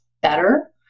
better